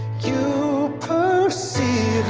you see